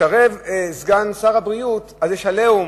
וכשסגן שר הבריאות מתערב, יש "עליהום"